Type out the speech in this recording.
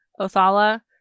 Othala